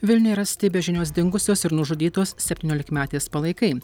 vilniuje rasti be žinios dingusios ir nužudytos septyniolikmetės palaikai